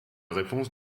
réponse